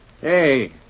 Hey